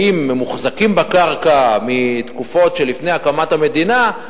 הם מחזיקים בקרקע מתקופות שלפני הקמת המדינה,